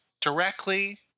directly